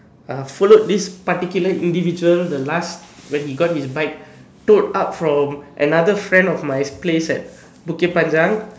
I followed this particular individual the last when he last got his bike took up from another friend from my place at Bukit-Panjang